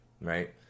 right